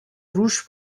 رووش